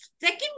second